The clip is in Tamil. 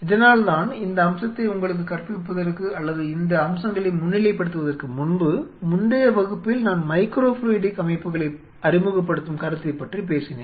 இதனால்தான் இந்த அம்சத்தை உங்களுக்கு கற்பிப்பதற்கு அல்லது இந்த அம்சங்களை முன்னிலைப்படுத்துவதற்கு முன்பு முந்தைய வகுப்பில் நான் மைக்ரோ ஃப்ளூயிடிக் அமைப்புகளை அறிமுகப்படுத்தும் கருத்தைப் பற்றி பேசினேன்